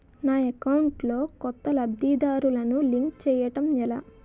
నా అకౌంట్ లో కొత్త లబ్ధిదారులను లింక్ చేయటం ఎలా?